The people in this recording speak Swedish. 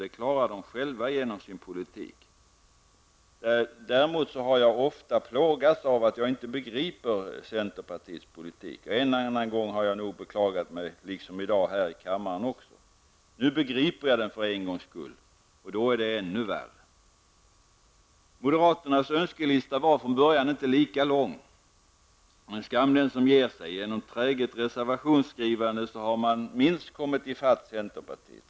Det klarar centerpartisterna själva genom sin politik. Däremot har jag ofta plågats av att jag inte begriper centerpartiets politik. En och annan gång har jag nog beklagat mig här i kammaren också. Nu begriper jag den för en gångs skull -- och då är det ännu värre. Moderaternas önskelista var från början inte lika lång. Men skam den som ger sig! Genom träget reservationsskrivande har man minst kommit i fatt centerpartiet.